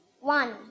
one